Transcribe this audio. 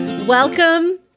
Welcome